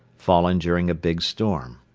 fallen during a big storm.